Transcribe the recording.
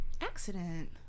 accident